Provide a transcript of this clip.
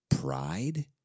pride